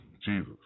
Jesus